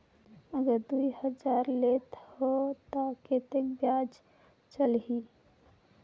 अगर दुई हजार लेत हो ता कतेक ब्याज चलही?